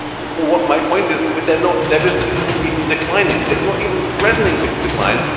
what my point is that they're not their business isn't even declining. it's not even threatening to decline.